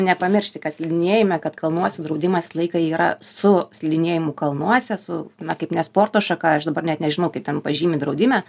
nepamiršti kad slidinėjime kad kalnuose draudimas visą laiką yra su slidinėjimu kalnuose su na kaip ne sporto šaka aš dabar net nežinau kaip ten pažymi draudime